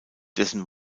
dessen